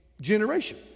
generation